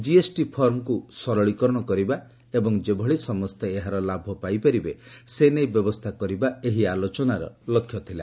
GST ଫର୍ମକୁ ସରଳୀକରଣ କରିବା ଏବଂ ଯେଭଳି ସମସ୍ତେ ଏହାର ଲାଭ ପାଇପାରିବେ ସେ ନେଇ ବ୍ୟବସ୍ଥା କରିବା ଏହି ଆଲୋଚନାର ଲକ୍ଷ୍ୟ ଥିଲା